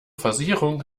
versicherung